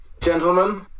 Gentlemen